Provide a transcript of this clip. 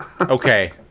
Okay